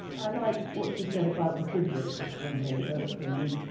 i like what she said about refrigerators when they first came in.